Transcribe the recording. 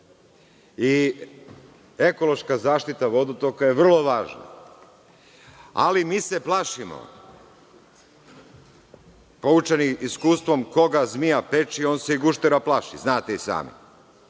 Ekološka zaštita vodotoka je vrlo važna, ali mi se plašimo, poučeni iskustvom – koga zmija opeče on se i guštera plaši, znate i sami.